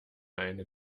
eine